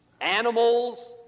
animals